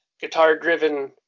guitar-driven